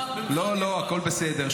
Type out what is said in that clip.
לא, הכול בסדר.